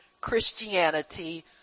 christianity